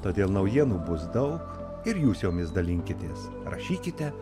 todėl naujienų bus daug ir jūs jomis dalinkitės rašykite